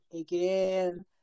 Again